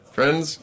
Friends